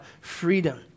freedom